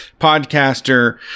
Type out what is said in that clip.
podcaster